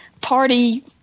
party